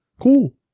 Cool